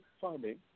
farming